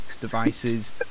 devices